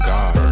God